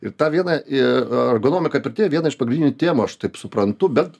ir ta viena į ergonomika pirty viena iš pagrindinių temų aš taip suprantu bet